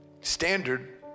Standard